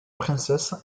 princesse